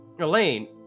Elaine